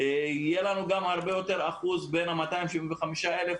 יהיו לנו יותר אחוזים בין ה-275,000,